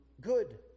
good